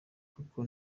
kuko